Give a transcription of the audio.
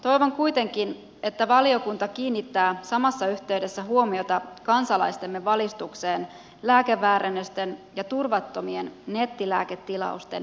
toivon kuitenkin että valiokunta kiinnittää samassa yhteydessä huomiota kansalaistemme valistukseen lääkeväärennösten ja turvattomien nettilääketi lausten vähentämiseksi